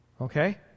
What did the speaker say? okay